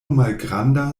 malgranda